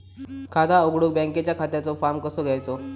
खाता उघडुक बँकेच्या खात्याचो फार्म कसो घ्यायचो?